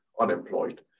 unemployed